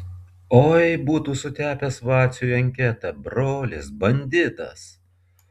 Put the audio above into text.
oi būtų sutepęs vaciui anketą brolis banditas